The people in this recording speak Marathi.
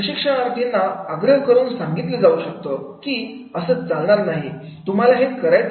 प्रशिक्षणार्थींना आग्रह करून सांगितलं जाऊ शकतो की असं चालणार नाही तुम्हाला हे करायचं आहे